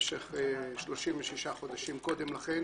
במשך 36 חודשים קודם לכן,